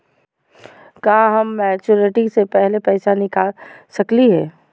का हम मैच्योरिटी से पहले पैसा निकाल सकली हई?